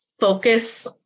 focus